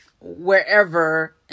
Wherever